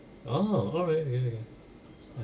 oh alright okay okay